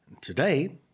Today